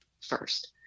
first